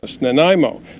Nanaimo